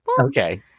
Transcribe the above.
Okay